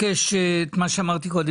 כפי שאמרתי קודם,